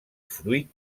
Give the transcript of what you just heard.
fruit